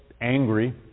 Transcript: angry